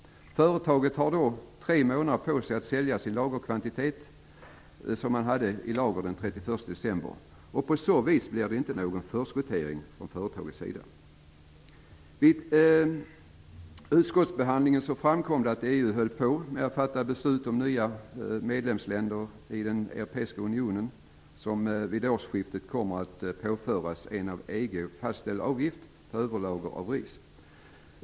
Företagen har då tre månader på sig att sälja den lagerkvantitet som de hade den 31 december. På så vis blir det inte någon förskottering från företagens sida. Vid utskottsbehandlingen framkom att EU höll på att fatta beslut om att nya medlemsländer i den europeiska unionen vid årsskiftet kommer att påföras en av EG fastställd avgift på överlager av ris.